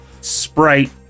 Sprite